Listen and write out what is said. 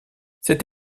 cette